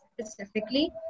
specifically